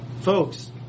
folks